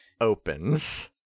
opens